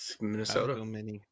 Minnesota